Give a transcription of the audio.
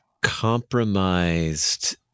compromised